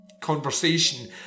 conversation